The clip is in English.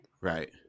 Right